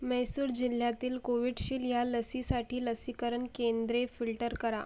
मैसूर जिल्ह्यातील कोविडशिल ह्या लसीसाठी लसीकरण केंद्रे फिल्टर करा